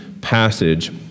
passage